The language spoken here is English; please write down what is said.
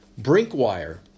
BrinkWire